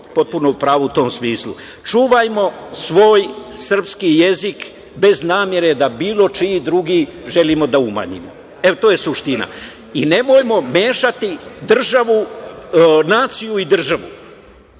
potpuno u pravu u tom smislu. Čuvajmo svoj srpski jezik bez namere da bilo čiji drugi želimo da umanjimo. To je suština. Nemojmo mešati naciju i državu.